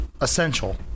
Essential